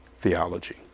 theology